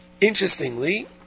Interestingly